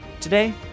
Today